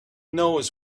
knows